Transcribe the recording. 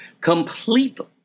completely